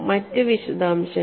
മറ്റ് വിശദാംശങ്ങൾ